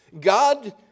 God